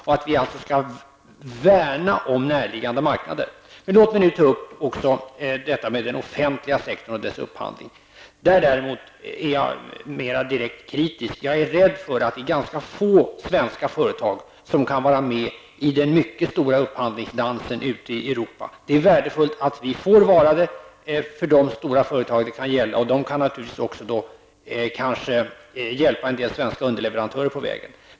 Vi skall alltså värna om närliggande marknader. Låt mig även ta upp den offentliga sektorn och dess upphandling. Där är jag mera direkt kritisk. Jag är rädd för att det är ganska få svenska företag som kan vara med i den mycket stora upphandlingsdansen i Europa. Det är värdefullt för de stora företag som det kan gälla. De kan kanske hjälpa en del svenska underleverantörer på vägen.